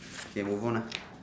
okay move on lah